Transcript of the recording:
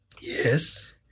Yes